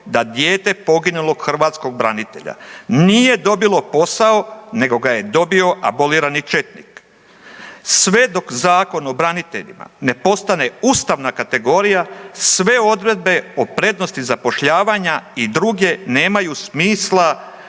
da dijete poginulog hrvatskog branitelja nije dobilo posao nego ga je dobio abolirani četnik. Sve dok Zakon o braniteljima ne postane ustavna kategorija, sve odredbe o prednosti zapošljavanja i druge nemaju smisla